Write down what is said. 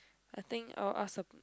I think I'll ask the